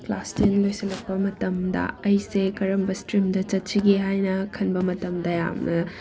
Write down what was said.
class ten ꯂꯣꯏꯁꯤꯜꯂꯛꯄ ꯃꯇꯝꯗ ꯑꯩꯁꯦ ꯀꯔꯝꯕ ꯏꯁꯇ꯭ꯔꯤꯝꯗ ꯆꯠꯁꯤꯒꯦ ꯍꯥꯏꯅ ꯈꯟꯕ ꯃꯇꯝꯗ ꯌꯥꯝꯅ